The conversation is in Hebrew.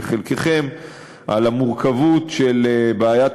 ברוכים הבאים.